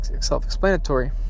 self-explanatory